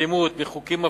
מאלימות, מחוקים מפלים,